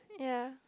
ya